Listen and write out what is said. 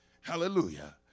Hallelujah